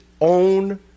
own